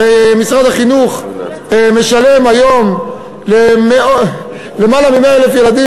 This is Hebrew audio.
הרי משרד החינוך משלם היום ליותר מ-100,000 ילדים